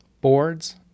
boards